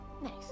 Nice